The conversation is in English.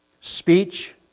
Speech